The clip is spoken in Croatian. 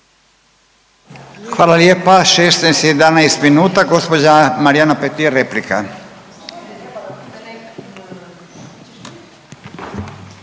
Hvala lijepa. 16 je i 11 minuta, gđa Marijana Petir, replika.